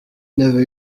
n’avaient